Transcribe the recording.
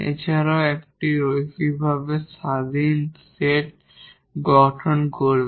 এছাড়াও একটি লিনিয়ারভাবে ডিপেন্ডেট সেট গঠন করবে